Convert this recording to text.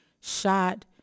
shot